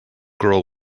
girl